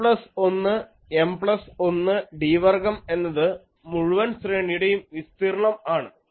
N plus 1 M plus 1 d വർഗ്ഗം എന്നത് മുഴുവൻ ശ്രേണിയുടെ വിസ്തീർണം ആണ്